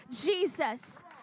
Jesus